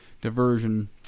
Diversion